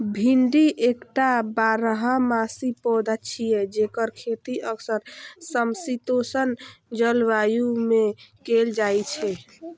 भिंडी एकटा बारहमासी पौधा छियै, जेकर खेती अक्सर समशीतोष्ण जलवायु मे कैल जाइ छै